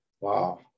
Wow